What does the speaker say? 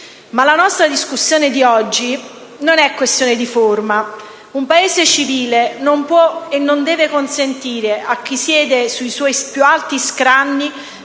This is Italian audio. La nostra discussione di oggi non è però una questione di forma: un Paese civile non può e non deve consentire a chi siede sui suoi più alti scranni